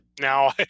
now